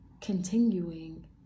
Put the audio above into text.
Continuing